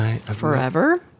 Forever